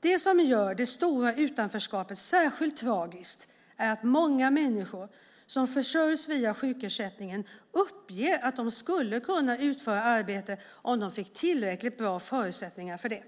Det som gör det stora utanförskapet särskilt tragiskt är att många människor som försörjs via sjukersättningen uppger att de skulle kunna utföra arbete om de fick tillräckligt bra förutsättningar för det.